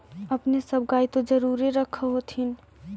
अपने सब गाय तो जरुरे रख होत्थिन?